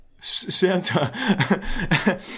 Santa